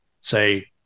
say